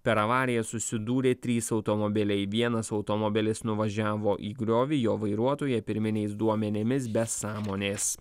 per avariją susidūrė trys automobiliai vienas automobilis nuvažiavo į griovį jo vairuotoja pirminiais duomenimis be sąmonės